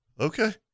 okay